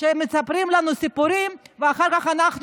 שהם מספרים לנו סיפורים ואחר כך אנחנו